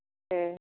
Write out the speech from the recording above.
दे